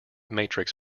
matrix